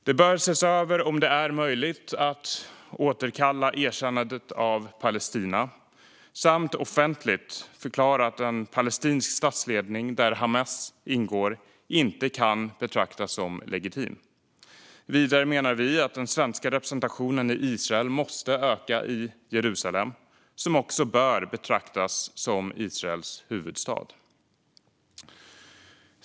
Det bör ses över om det är möjligt att återkalla erkännandet av Palestina samt offentligt förklara att en palestinsk statsledning där Hamas ingår inte kan betraktas som legitim. Vidare menar vi att den svenska representationen i Israel måste öka i Jerusalem, som också bör betraktas som Israels huvudstad.